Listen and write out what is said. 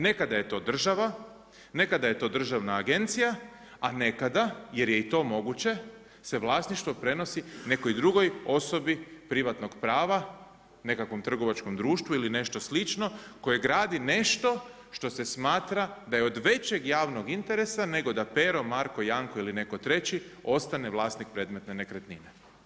Nekada je to država, nekada je to državna agencija a nekada, jer je i to moguće se vlasništvo prenosi nekoj drugoj osobi privatnog prava, nekakvom trgovačkom društvu ili nešto slično koje gradi nešto što se smatra da je od većeg javnog interesa nego da Pero, Marko, Janko ili netko treći ostane vlasnik predmetne nekretnine.